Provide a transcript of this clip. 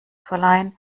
verleihen